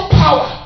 power